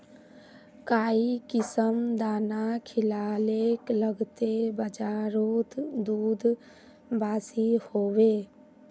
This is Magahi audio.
काई किसम दाना खिलाले लगते बजारोत दूध बासी होवे?